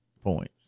points